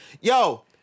Yo